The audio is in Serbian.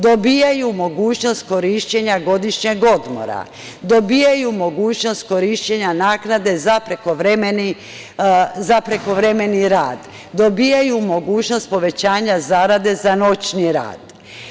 Dobijaju mogućnost korišćenja godišnjeg odmora, dobijaju mogućnost korišćenja naknade za prekovremeni rad, dobijaju mogućnost povećanja zarade za noćni rad.